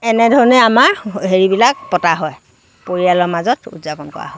এনেধৰণে আমাৰ হেৰিবিলাক পতা হয় পৰিয়ালৰ মাজত উদযাপন কৰা হয়